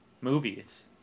movies